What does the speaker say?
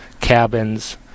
cabins